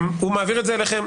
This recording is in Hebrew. הוא מעביר את זה אליכם.